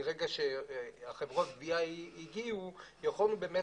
מרגע שחברות הגבייה הגיעו יכולנו באמת